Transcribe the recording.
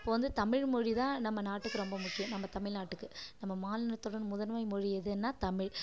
அப்போது வந்து தமிழ் மொழிதான் நம்ம நாட்டுக்கு ரொம்ப முக்கியம் நம்ம தமிழ் நாட்டுக்கு நம்ம மாநிலத்தோட முதன்மை மொழி எதுன்னா தமிழ்